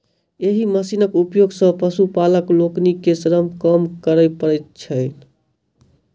एहि मशीनक उपयोग सॅ पशुपालक लोकनि के श्रम कम करय पड़ैत छैन